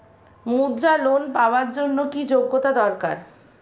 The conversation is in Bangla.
মুদ্রা লোন পাওয়ার জন্য কি যোগ্যতা দরকার?